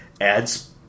adds